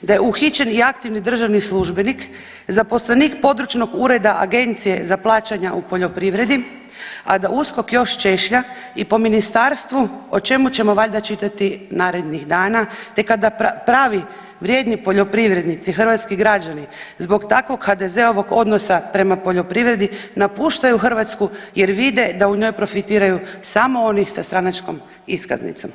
da je uhićen i aktivni državni službenik, zaposlenik područnog ureda Agencije za plaćanja u poljoprivredi, a da USKOK još češlja i po ministarstvu o čemu ćemo valjda čitati narednih dana, te kada pravi vrijedni poljoprivrednici, hrvatski građani zbog takvog HDZ-ovog odnosa prema poljoprivredi napuštaju Hrvatsku jer vide da u njoj profitiraju samo oni sa stranačkom iskaznicom.